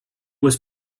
was